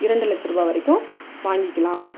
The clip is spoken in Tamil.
இரண்டு லட்சம் ரூபாய் வரைக்கும் வாங்கிக்கலாம்